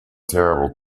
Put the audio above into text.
terrible